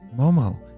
Momo